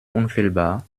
unfehlbar